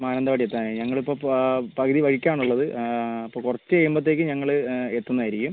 മാനന്തവാടി എത്താനായി ഞങ്ങളിപ്പം പ പകുതി വഴിക്കാണ് ഉള്ളത് അപ്പം കുറച്ച് കഴിയുമ്പോത്തേക്ക് ഞങ്ങൾ എത്തുന്നതായിരിക്കും